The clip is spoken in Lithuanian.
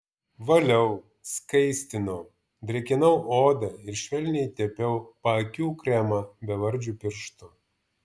valiau skaistinau drėkinau odą ir švelniai tepiau paakių kremą bevardžiu pirštu